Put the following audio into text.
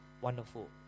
wonderful